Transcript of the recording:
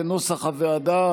כנוסח הוועדה.